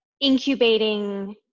incubating